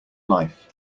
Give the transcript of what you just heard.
life